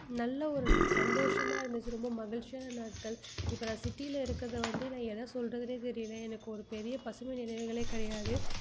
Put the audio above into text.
நல்ல ஒரு சந்தோஷமாக இருந்துச்சு ரொம்ப மகிழ்ச்சியான நாட்கள் இப்போ நான் சிட்டியில் இருக்கிறத வந்து என்ன சொல்கிறதுன்னே தெரியல எனக்கு ஒரு பெரிய பசுமை நினைவுகளே கிடையாது